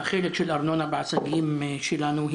החלק של הארנונה לעסקים ביישובים שלנו הוא